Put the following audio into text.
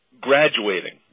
graduating